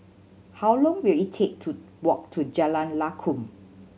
how long will it take to walk to Jalan Lakum